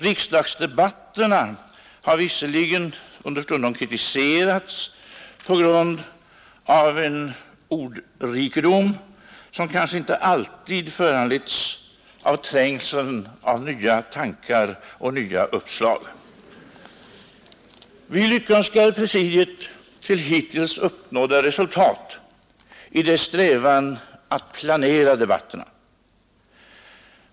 Riksdagsdebatterna har visserligen understundom kritiserats på grund av en ordrikedom, som kanske inte alltid föranletts av trängseln av nya tankar och nya uppslag. Vi lyckönskar presidiet till hittills uppnådda resultat i dess strävan att planera debatterna.